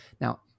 Now